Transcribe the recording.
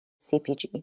CPG